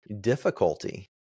difficulty